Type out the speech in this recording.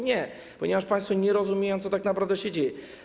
Nie, ponieważ państwo nie rozumieją, co tak naprawdę się dzieje.